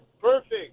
perfect